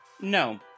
No